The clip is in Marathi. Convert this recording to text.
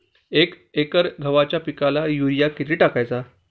एक एकर गव्हाच्या पिकाला युरिया किती टाकायचा?